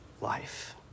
life